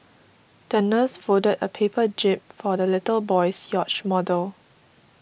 the nurse folded a paper jib for the little boy's yacht model